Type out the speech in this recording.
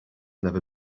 never